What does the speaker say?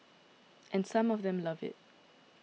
and some of them love it